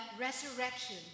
resurrection